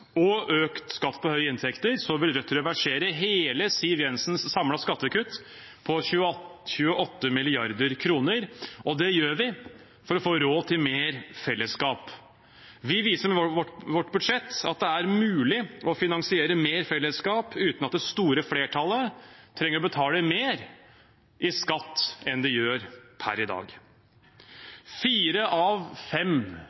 og økt skatt på høye inntekter vil Rødt reversere hele Siv Jensens samlede skattekutt på 28 mrd. kr, og det gjør vi for å få råd til mer fellesskap. Vi viser med vårt budsjett at det er mulig å finansiere mer fellesskap uten at det store flertallet trenger å betale mer i skatt enn de gjør per i dag. Fire av fem